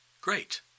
great